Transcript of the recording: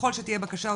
ככל שתהיה בקשה,